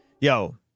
yo